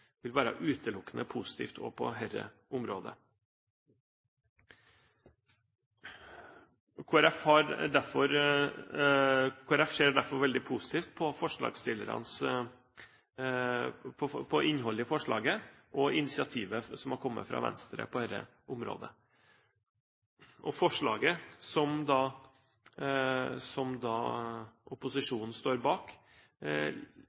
vil være utelukkende positivt også på dette området. Kristelig Folkeparti ser derfor veldig positivt på innholdet i forslaget og initiativet som har kommet fra Venstre på dette området. Forslaget som opposisjonen står bak, innebærer jo ikke noe mer enn at vi ber regjeringen «legge til rette for» ideelle aktører som